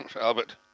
Albert